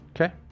Okay